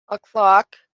alcock